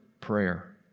prayer